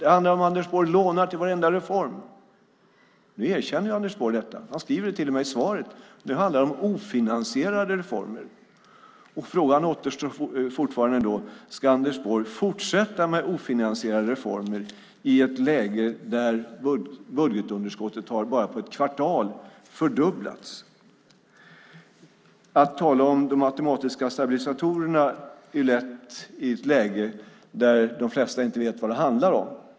Det handlar om att Anders Borg lånar till varenda reform. Nu erkänner Anders Borg detta. Han skriver det till och med i svaret. Nu handlar det om ofinansierade reformer. Frågan återstår: Ska Anders Borg fortsätta med ofinansierade reformer i ett läge där budgetunderskottet på bara ett kvartal har fördubblats? Att tala om de automatiska stabilisatorerna är lätt i ett läge där de flesta inte vet vad det handlar om.